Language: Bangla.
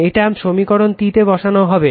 এটা সমীকরণ 3 তে বসাতে হবে